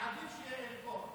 ועדיף שיהיה פה.